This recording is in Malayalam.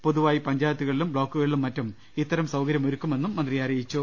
പൊതുവായി പഞ്ചായത്തുകളിലും ബ്ളോക്കുകളിലും മറ്റും ഇത്തരം സൌകര്യം ഒരുക്കുമെന്നും മന്ത്രി പറഞ്ഞു